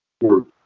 work